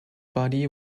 body